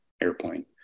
airplane